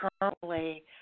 currently